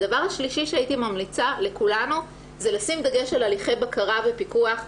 הדבר השלישי שהייתי ממליצה לכולנו זה לשים דגש על הליכי בקרה ופיקוח,